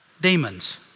Demons